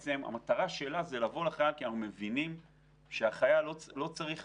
והמטרה שלה היא לבוא ל החייל כי אנחנו מבינים שהחייל לא צריך